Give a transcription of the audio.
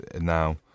now